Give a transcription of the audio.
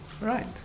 Right